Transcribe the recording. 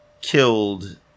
killed